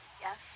Yes